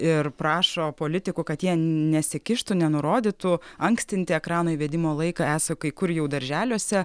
ir prašo politikų kad jie nesikištų nenurodytų ankstinti ekrano įvedimo laiką esą kai kur jau darželiuose